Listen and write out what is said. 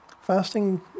fasting